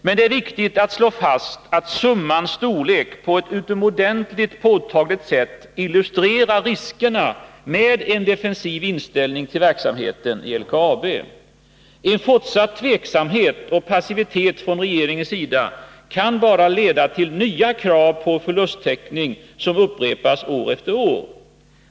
Men det är viktigt att slå fast att summans storlek på ett utomordentligt påtagligt sätt illustrerar riskerna med en defensiv inställning till verksamheten i LKAB. En fortsatt tveksamhet och passivitet från regeringens sida kan bara leda till nya krav på förlusttäckning, som upprepas år efter år.